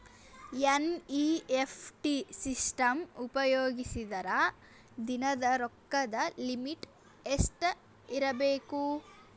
NEFT system ಉಪಯೋಗಿಸಿದರ ದಿನದ ರೊಕ್ಕದ ಲಿಮಿಟ್ ಎಷ್ಟ ಇರಬೇಕು?